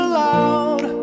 loud